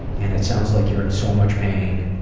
and it sounds like you're in so much pain.